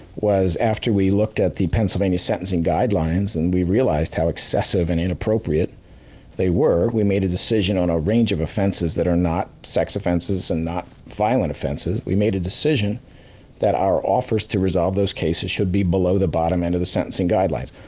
was after we looked at the pennsylvania sentencing guidelines, and we realized how excessive and inappropriate they were, we made a decision on a range of offenses that are not sex offenses, and not violent offenses, we made a decision that our offers to resolve those cases should be below the bottom end of the sentencing guidelines.